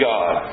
God